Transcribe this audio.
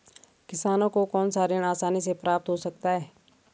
किसानों को कौनसा ऋण आसानी से प्राप्त हो सकता है?